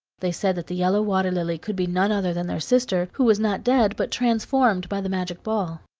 they said that the yellow water-lily could be none other than their sister, who was not dead, but transformed by the magic ball.